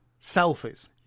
selfies